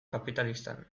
kapitalistan